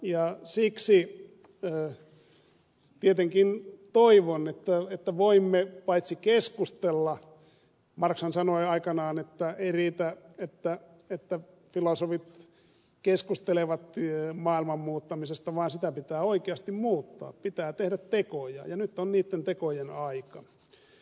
ja siksi tietenkin toivon että voimme paitsi keskustella myös tehdä tekoja marxhan sanoi aikanaan että ei riitä että filosofit keskustelevat maailman muuttamisesta vaan sitä pitää oikeasti muuttaa pitää tehdä tekoja ja nyt on niitten tekojen aika